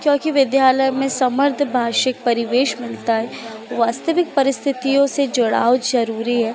क्योंकि विद्यालय में समर्थ भाषिक परिवेश मिलता है वास्तविक परिस्थितियों से जुड़ाव ज़रूरी है